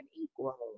equal